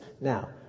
Now